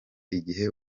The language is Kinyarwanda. igihe